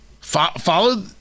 Follow